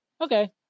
okay